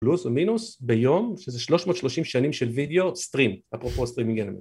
פלוס או מינוס ביום שזה שלוש מאות שלושים שנים של וידאו, סטרים, אפרופו סטרימינג אלמנט